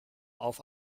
auf